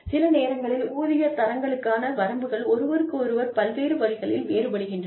சில நேரங்களில் ஊதிய தரங்களுக்கான வரம்புகள் ஒருவருக்கொருவர் பல்வேறு வழிகளில் வேறுபடுகின்றன